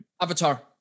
Avatar